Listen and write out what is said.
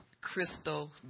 crystal